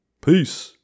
Peace